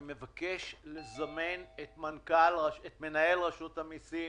אני מבקש לזמן את מנהל רשות המיסים